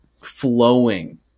flowing